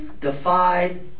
defied